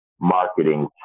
marketing